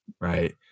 Right